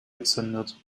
gezündet